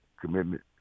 commitment